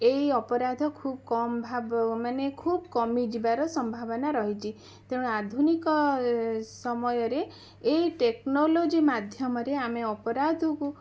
ଏଇ ଅପରାଧ ଖୁବ୍ କମ୍ ଭାବ ମାନେ ଖୁବ୍ କମିଯିବାର ସମ୍ଭାବନା ରହିଛି ତେଣୁ ଆଧୁନିକ ସମୟରେ ଏଇ ଟେକ୍ନୋଲୋଜି ମାଧ୍ୟମରେ ଆମେ ଅପରାଧକୁ